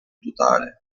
totale